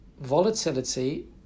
Volatility